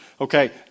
Okay